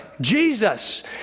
Jesus